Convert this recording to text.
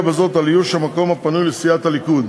הליך ההכרה בישיבות לפי אמות המידה שייקבעו בהן,